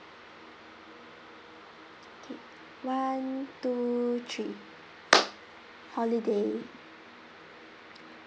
K one two three holiday